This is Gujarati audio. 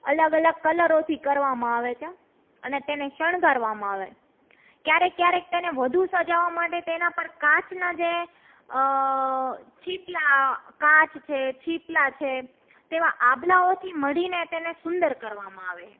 અલગ અલગ કલરોથી કરવામાં આવે છે અને તેને શણગારવામાં આવે ક્યારેક ક્યારેક તેને વધુ સજાવવા માટે તેના પર કાચના જે છીપલા કાચ છે છીપલા છે તેવા આભલાઓથી મઢીને તેને સુંદર કરવામાં આવે